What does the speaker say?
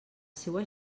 seua